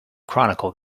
chronicle